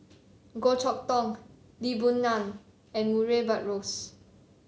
Goh Chok Tong Lee Boon Ngan and Murray Buttrose